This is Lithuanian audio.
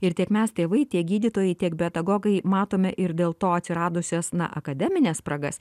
ir tiek mes tėvai tiek gydytojai tiek pedagogai matome ir dėl to atsiradusias na akademines spragas